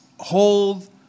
Hold